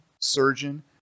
surgeon